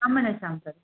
आं मनसां तत्